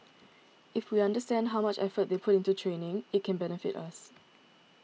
if we understand how much effort they put into training it can benefit us